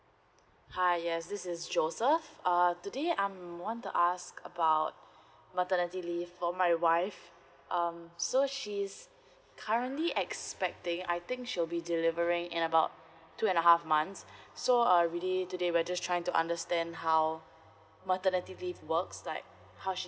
hi yes this is joseph err today I'm want to ask about maternity leave for my wife um so she's currently expecting I think she'll be delivering in about two and a half months so uh really we are just trying to understand how maternity leave works like how she